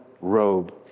robe